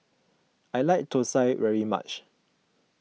I like Thosai very much